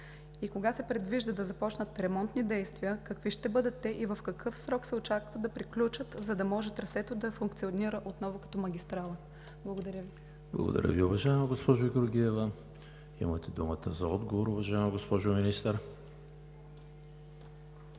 Кога се предвижда да започнат ремонтни действия, какви ще бъдат те и в какъв срок се очаква да приключат, за да може трасето да функционира отново като магистрала? Благодаря Ви. ПРЕДСЕДАТЕЛ ЕМИЛ ХРИСТОВ: Благодаря Ви, уважаема госпожо Георгиева. Имате думата за отговор, уважаема госпожо Министър.